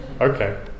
Okay